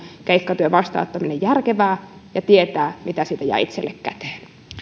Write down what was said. keikkatyön vastaanottamisen olla järkevää ja täytyy saada tietää mitä siitä jää itselle käteen